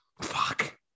Fuck